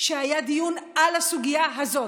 שהיה דיון על הסוגיה הזאת.